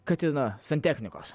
kad ir na santechnikos